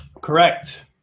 Correct